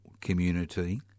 community